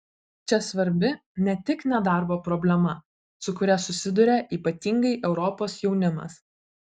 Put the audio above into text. čia svarbi ne tik nedarbo problema su kuria susiduria ypatingai europos jaunimas